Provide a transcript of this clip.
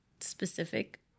specific